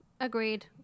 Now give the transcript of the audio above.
agreed